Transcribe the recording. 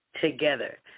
together